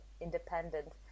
independent